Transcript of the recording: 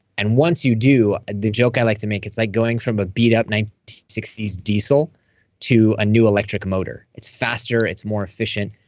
and once you do, the joke i like to make, it's like going from a beat-up nineteen sixty s diesel to a new electric motor. it's faster, it's more efficient.